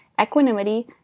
equanimity